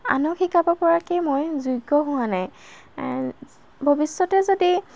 আনক শিকাব পৰাকে মই যোগ্য হোৱা নাই ভৱিষ্যতে যদি